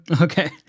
Okay